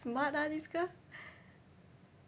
smart ah this girl